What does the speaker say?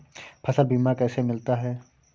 फसल बीमा कैसे मिलता है?